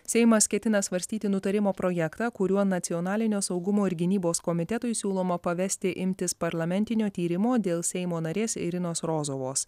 seimas ketina svarstyti nutarimo projektą kuriuo nacionalinio saugumo ir gynybos komitetui siūloma pavesti imtis parlamentinio tyrimo dėl seimo narės irinos rozovos